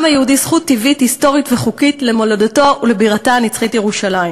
היהודי זכות טבעית היסטורית וחוקית למולדתו ולבירתה הנצחית ירושלים.